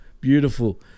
Beautiful